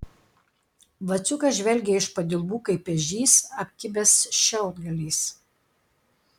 vaciukas žvelgė iš padilbų kaip ežys apkibęs šiaudgaliais